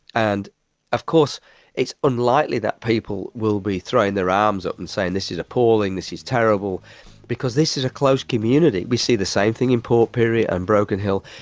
and of course it's unlikely that people will be throwing their arms up and saying this is appalling, this is terrible' because this is a closed community. we see the same thing in port pirie and broken hill.